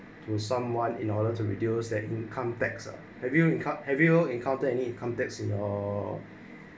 to someone in order to reduce the income tax ah have you have you encountered any income tax in your